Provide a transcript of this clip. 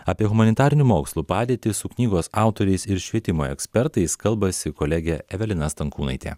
apie humanitarinių mokslų padėtį su knygos autoriais švietimo ekspertais kalbasi kolegė evelina stankūnaitė